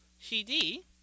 CD